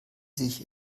sich